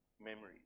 memories